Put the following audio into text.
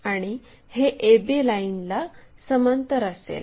आणि हे ab लाईनला समांतर असेल